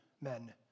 men